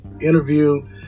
interview